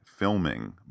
Filming